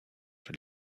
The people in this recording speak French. sur